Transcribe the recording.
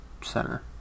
Center